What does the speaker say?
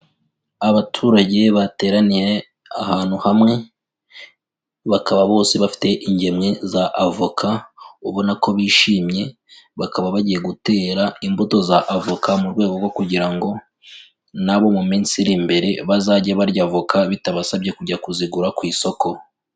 Abaturage bateraniye ahantu hamwe, bakaba bose bafite ingemwe z'avoka ubona ko bishimye, bakaba bagiye gutera imbuto z'avoka mu rwego rwo kugira ngo na bo mu minsi iri imbere bazajye barya voka, bitabasabye kujya kuzigura ku isoko.